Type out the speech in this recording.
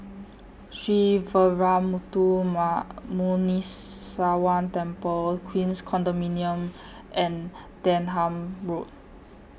Sree Veeramuthu Muneeswaran Temple Queens Condominium and Denham Road